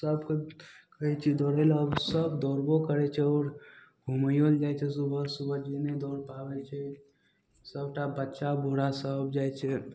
सबके कहय छी दौड़य लए सब दौड़बो करय छै घूमैयौ लए जाइ छै सुबह सुबह दौड़के आबय छै सबटा बच्चा बूढ़ा सब जाइ छै